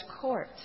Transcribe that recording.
court